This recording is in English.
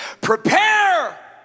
prepare